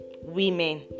women